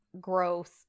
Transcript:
gross